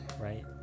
right